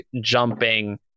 jumping